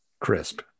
Crisp